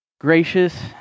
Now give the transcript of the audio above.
Gracious